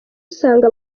usanga